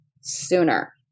sooner